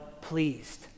pleased